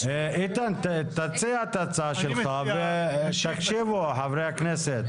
איתן, תציע את ההצעה שלך ושיקשיבו חברי הכנסת.